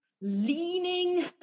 leaning